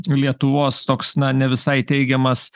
lietuvos toks na ne visai teigiamas